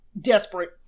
desperate